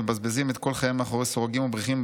מבזבזים את כל חייהם מאחורי סורגים ובריחים,